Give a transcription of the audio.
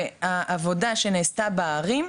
והעבודה שנעשתה בערים,